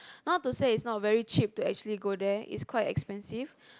not to say it's not very cheap to actually go there it's quite expensive